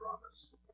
promise